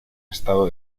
estado